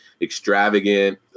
extravagant